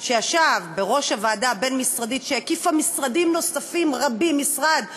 ישב בראש הוועדה הבין-משרדית שהקיפה משרדים נוספים רבים: משרד הבריאות,